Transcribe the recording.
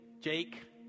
Jake